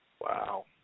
Wow